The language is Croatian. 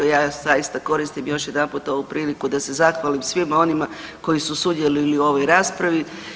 Ja zaista koristim još jedanput ovu priliku da se zahvalim svima onima koji su sudjelovali u ovoj raspravi.